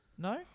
No